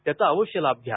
त्याचा आवश्य लाभ घ्या